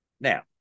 Now